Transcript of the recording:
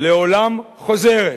לעולם חוזרת.